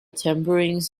tambourines